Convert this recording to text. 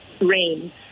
rain